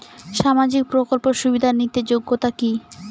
সামাজিক প্রকল্প সুবিধা নিতে যোগ্যতা কি?